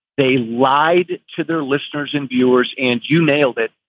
they lied to their listeners and viewers. and you nailed it.